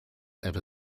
ever